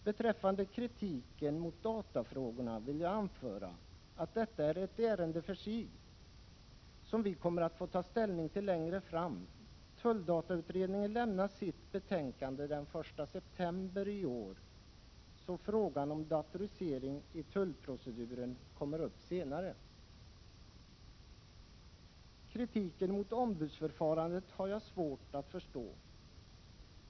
Beträffande kritiken mot handläggningen av datafrågorna vill jag anföra att detta är ett ärende för sig, som vi kommer att få ta ställning till längre fram. Tulldatautredningen lämnade sitt betänkande den 1 september i år, så frågan om datorisering av tullproceduren kommer upp senare. Kritiken mot ombudsförfarandet har jag svårt att förstå.